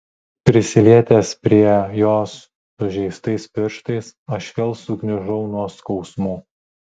prisilietęs prie jos sužeistais pirštais aš vėl sugniužau nuo skausmų